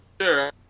sure